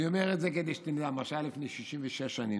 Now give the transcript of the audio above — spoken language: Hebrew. אני אומר את זה כדי, מה שהיה לפני 66 שנים,